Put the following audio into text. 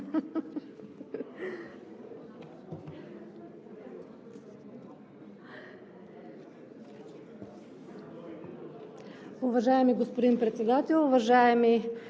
Уважаеми господин Председател, уважаеми